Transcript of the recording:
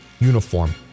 uniform